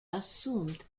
assumed